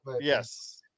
Yes